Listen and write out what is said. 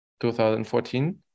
2014